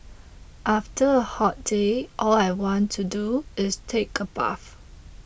after a hot day all I want to do is take a bath